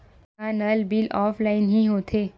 का नल bill offline हि होथे?